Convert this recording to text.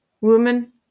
Woman